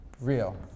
real